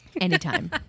Anytime